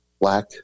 black